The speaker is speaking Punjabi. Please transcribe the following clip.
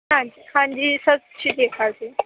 ਹਾਂਜੀ ਹਾਂਜੀ ਸਤਿ ਸ਼੍ਰੀ ਅਕਾਲ ਜੀ